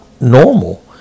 normal